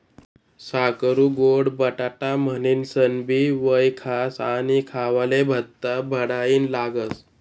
साकरु गोड बटाटा म्हनीनसनबी वयखास आणि खावाले भल्ता बडाईना लागस